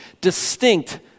distinct